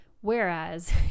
Whereas